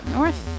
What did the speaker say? North